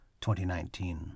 2019